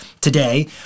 today